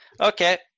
Okay